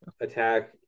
attack